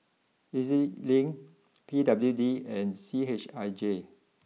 E Z Link P W D and C H I J